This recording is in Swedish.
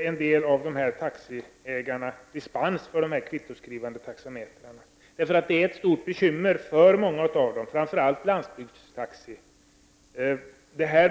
en del av dessa taxiägare dispens från kravet på kvittoskrivande taxameter. Det är ett stort bekymmer för många av dem, framför allt på landsbygden.